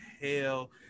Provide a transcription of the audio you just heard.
hell